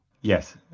Yes